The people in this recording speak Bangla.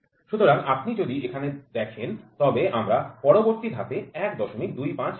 সুতরাং আপনি যদি এখানে দেখেন তবে আমার পরবর্তী ধাপে ১২৫ নেব